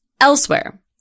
elsewhere